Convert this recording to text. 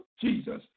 Jesus